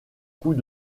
coups